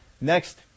Next